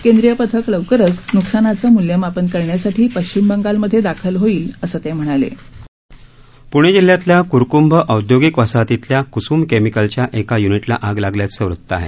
केंद्रीय पथक लवकरच न्कसानाचं मूल्यमापन करण्यासाठी पश्चिम बंगालमध्ये दाखल होईल असे ते म्हणाले पूणे जिल्ह्यातल्या करकंभ औदयोगिक वसाहतीतल्या कुसुम केमिकलच्या एका यूनिटला आग लागल्याचं वृत आहे